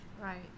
Right